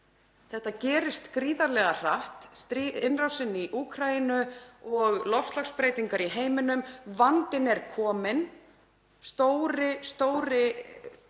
Þetta gerist gríðarlega hratt; innrásin í Úkraínu og loftslagsbreytingar í heiminum. Vandinn er kominn og stóri